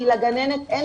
כי לגננת אין.